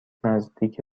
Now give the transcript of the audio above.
نزدیک